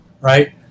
right